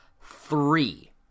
three